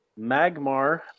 magmar